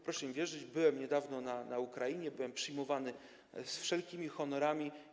Proszę mi wierzyć, byłem niedawno na Ukrainie i byłem przyjmowany z wszelkimi honorami.